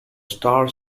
star